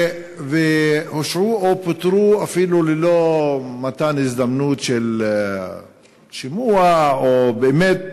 והם הושעו או פוטרו אפילו ללא מתן הזדמנות של שימוע או באמת,